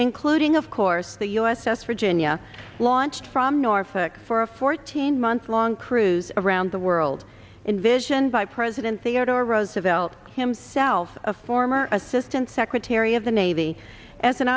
including of course the u s s virginia launched from norfolk for a fourteen month long cruise around the world envisioned by president theodore roosevelt himself a former assistant secretary of the navy as an